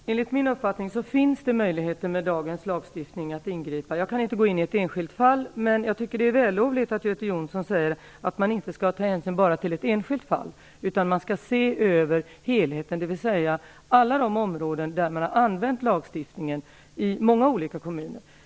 Herr talman! Enligt min uppfattning finns det med dagens lagstiftning möjligheter att ingripa. Jag kan inte gå in på ett enskilt fall, men jag tycker att det är vällovligt att Göte Jonsson säger att man inte skall ta hänsyn bara till ett enskilt fall utan att man skall se över helheten, dvs. alla de områden där man har använt lagstiftningen i många olika kommuner.